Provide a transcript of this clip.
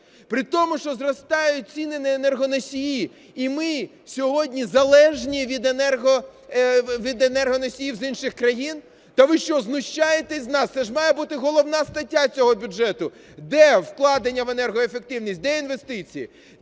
При тому, що зростають ціни на енергоносії, і ми сьогодні залежні від енергоносіїв з інших країн. Так ви що, знущаєтесь з нас, це ж має бути головна стаття цього бюджету? Де вкладення в енергоефективність, де інвестиції?